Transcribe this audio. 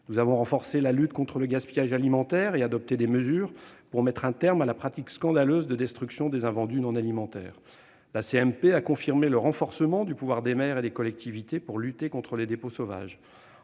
Nous avons renforcé la lutte contre le gaspillage alimentaire et adopté des mesures pour mettre un terme à la pratique scandaleuse de la destruction des invendus non alimentaires. La commission mixte paritaire a confirmé le renforcement du pouvoir des maires et des collectivités territoriales pour lutter contre les dépôts sauvages.